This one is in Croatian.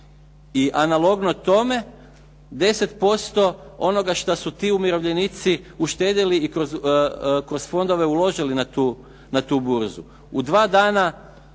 I analogno tome 10% onoga što su ti umirovljenici uštedjeli i kroz fondove uložili na tu burzu. U dva dana